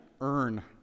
earn